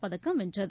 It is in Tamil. பதக்கம் வென்றது